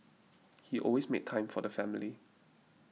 he always made time for the family